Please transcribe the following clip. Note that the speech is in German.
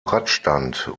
radstand